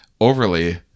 overly